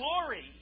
glory